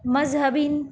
مذہبین